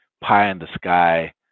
pie-in-the-sky